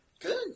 Good